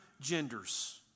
genders